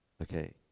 Okay